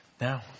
now